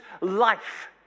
life